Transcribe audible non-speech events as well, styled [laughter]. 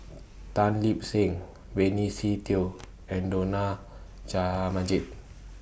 [noise] Tan Lip Seng Benny Se Teo and Dollah Jaha Majid